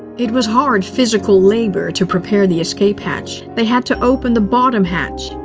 it was hard physical labor to prepare the escape hatch. they had to open the bottom hatch,